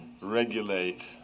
regulate